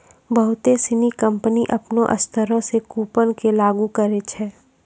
बहुते सिनी कंपनी अपनो स्तरो से कूपन के लागू करै छै